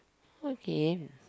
okay